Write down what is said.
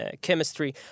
chemistry